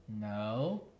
No